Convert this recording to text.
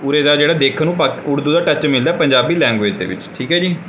ਉਰੇ ਦਾ ਜਿਹੜਾ ਦੇਖਣ ਨੂੰ ਪਾਕ ਉਰਦੂ ਦਾ ਟੱਚ ਮਿਲਦਾ ਪੰਜਾਬੀ ਲੈਂਗੁਏਜ ਦੇ ਵਿੱਚ ਠੀਕ ਹੈ ਜੀ